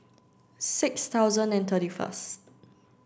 six thousand and thirty first